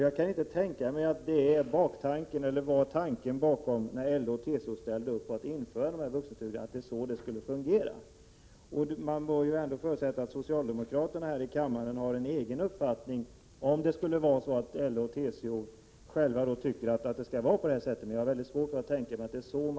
Jag kan inte tänka mig att man inom LO och TCO när man ställde sig bakom införandet av vuxenstudiestödet tänkte sig att det skulle fungera så. Man får väl också förutsätta att socialdemokraterna här i kammaren har en egen uppfattning, om LO och TCO verkligen skulle tycka att det skall vara på detta sätt.